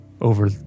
over